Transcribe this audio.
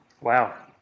Wow